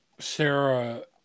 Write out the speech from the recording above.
Sarah